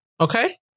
Okay